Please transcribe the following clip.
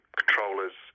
controllers